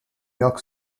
york